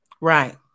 Right